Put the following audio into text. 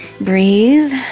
breathe